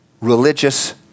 religious